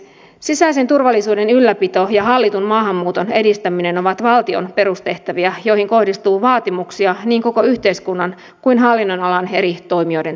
sisäisen turvallisuuden ylläpito ja hallitun maahanmuuton edistäminen ovat valtion perustehtäviä joihin kohdistuu vaatimuksia niin koko yhteiskunnan kuin myös hallinnonalan eri toimijoiden taholta